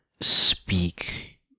speak